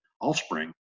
offspring